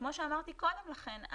כמו שאמרתי קודם לכם,